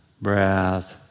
breath